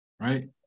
right